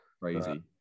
Crazy